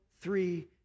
three